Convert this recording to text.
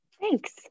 Thanks